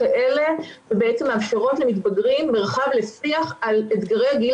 כאלה שבעצם מאפשרות למתבגרים מרחב לשיח על אתגרי גיל